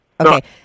okay